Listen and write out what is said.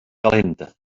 calenta